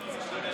אי-אפשר להשתמש,